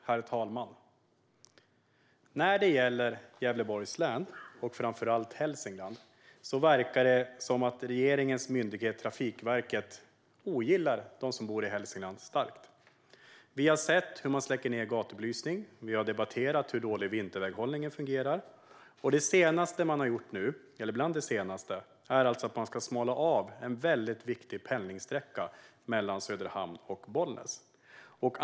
Herr talman! Det verkar som att regeringens myndighet Trafikverket starkt ogillar framför allt dem som bor i Hälsingland. Vi har sett hur man släcker ned gatubelysning. Vi har debatterat hur dåligt vinterväghållningen fungerar. Bland det senaste är alltså att man ska smalna av en väldigt viktig pendlingssträcka mellan Söderhamn och Bollnäs.